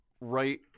right